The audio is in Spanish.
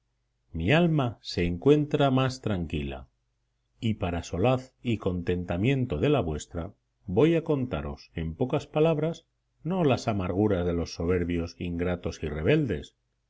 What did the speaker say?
mi alma se encuentra más tranquila y para solaz y contentamiento de la vuestra voy a contaros en pocas palabras no las amarguras de los soberbios ingratos y rebeldes